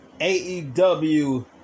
AEW